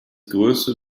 größte